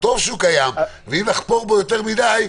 בטח לא לכל מטרה.